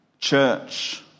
church